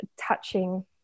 touching